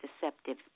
deceptive